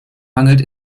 mangelt